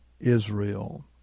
Israel